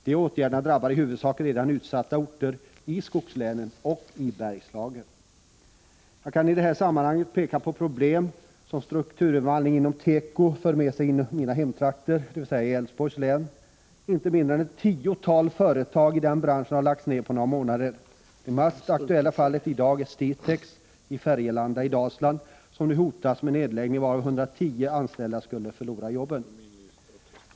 Dessa åtgärder drabbar i huvudsak redan utsatta i LR orter i skogslänen och i Bergslagen. regionalpolitisk kommission Jag kan i det här sammanhanget peka på de problem som strukturomvandlingen inom tekoindustrin för med sig i mina hemtrakter, dvs. i Älvsborgs län. Inte mindre än ett tiotal företag i den branschen har lagts ned på några månader. Det mest aktuella fallet i dag är Stigtex i Färgelanda i Dalsland, som nu hotas av nedläggning, varvid 110 anställda skulle förlora jobben.